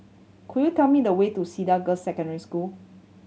could you tell me the way to Cedar Girls' Secondary School